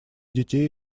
детей